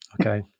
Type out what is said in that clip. Okay